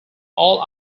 all